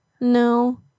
No